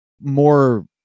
more